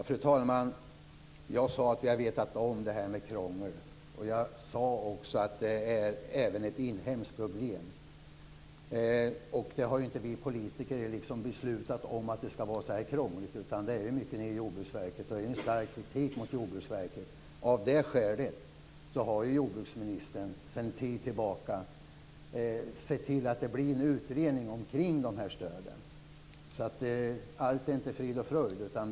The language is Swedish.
Fru talman! Jag sade att vi har vetat om att det finns krångel. Jag sade också att det även är ett inhemskt problem. Vi politiker har inte beslutat om att det skall vara så här krångligt. Mycket ligger på Jordbruksverket. Det finns en stark kritik mot Jordbruksverket. Av det skälet såg jordbruksministern för en tid sedan till att det blir en utredning kring stöden. Allt är inte frid och fröjd.